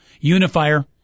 Unifier